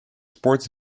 sports